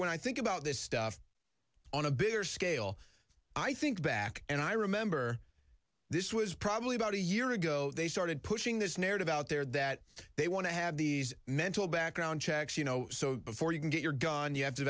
when i think about this stuff on a bigger scale i think back and i remember this was probably about a year ago they started pushing this narrative out there that they want to have these mental background checks you know so before you can get your gun you